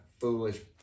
foolish